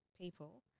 people